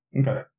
Okay